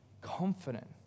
confident